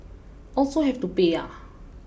also have to pay ah